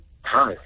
Hi